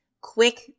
quick